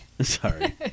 Sorry